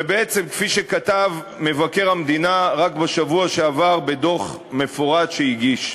וכפי שכתב מבקר המדינה רק בשבוע שעבר בדוח מפורט שהגיש,